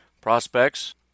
prospects